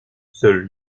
seules